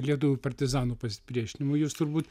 lietuvių partizanų pasipriešinimui jūs turbūt